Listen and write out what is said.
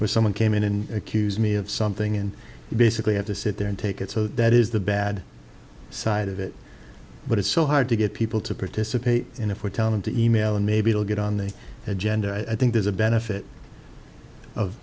where someone came in and accused me of something and basically had to sit there and take it so that is the bad side of it but it's so hard to get people to participate in if we tell them to email and maybe they'll get on their agenda i think there's a benefit of